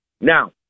Now